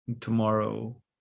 tomorrow